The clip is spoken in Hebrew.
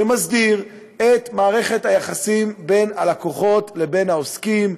שמסדיר את מערכת היחסים בין הלקוחות לבין העוסקים,